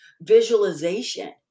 visualization